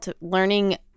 learning